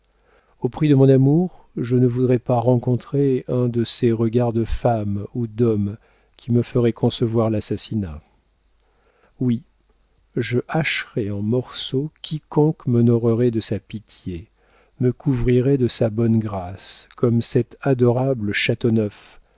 au prix de mon amour je ne voudrais pas rencontrer un de ces regards de femme ou d'homme qui me feraient concevoir l'assassinat oui je hacherais en morceaux quiconque m'honorerait de sa pitié me couvrirait de sa bonne grâce comme cette adorable